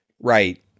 Right